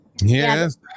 yes